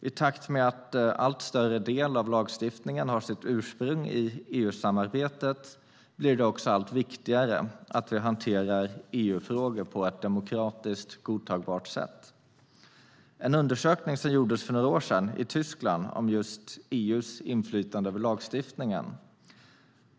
I takt med att en allt större del av lagstiftningen har sitt ursprung i EU-samarbetet blir det också allt viktigare att vi hanterar EU-frågor på ett demokratiskt godtagbart sätt. För några år sedan gjordes en undersökning i Tyskland om just EU:s inflytande över lagstiftningen.